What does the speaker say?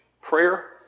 prayer